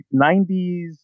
90s